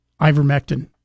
ivermectin